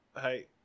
Hey